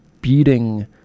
beating